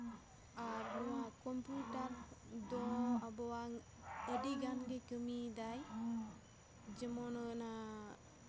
ᱟᱨ ᱱᱚᱣᱟ ᱠᱚᱢᱯᱤᱭᱩᱴᱟᱨ ᱫᱚ ᱟᱵᱚᱣᱟᱝ ᱟᱹᱰᱤᱜᱟᱱ ᱜᱮ ᱠᱟᱹᱢᱤᱭ ᱫᱟᱭ ᱡᱮᱢᱚᱱ ᱚᱱᱟ